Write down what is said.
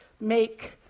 make